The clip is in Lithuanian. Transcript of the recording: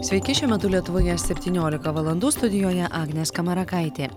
sveiki šiuo metu lietuvoje septyniolika valandų studijoje agnė skamarakaitė